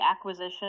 acquisition